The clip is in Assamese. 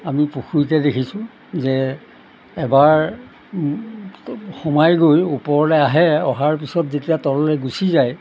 আমি পুখুৰীতে দেখিছোঁ যে এবাৰ সোমাই গৈ ওপৰলৈ আহে অহাৰ পিছত যেতিয়া তললৈ গুচি যায়